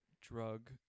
drug